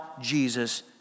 Jesus